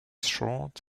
short